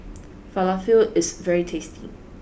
Falafel is very tasty